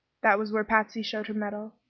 that was where patsy showed her mettle.